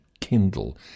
Kindle